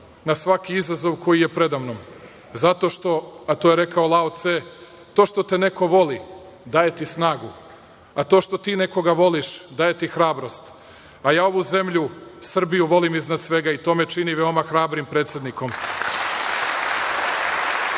na svaki izazov koji je preda mnom, zato što, a to je rekao Lao Ce, to što te neko voli daje ti snagu, a to što ti nekoga voliš daje ti hrabrost. Ja ovu zemlju Srbiju volim iznad svega i to me čini veoma hrabrim